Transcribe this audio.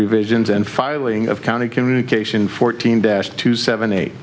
revisions and filing of county communication fourteen dash two seventy eight